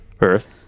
Earth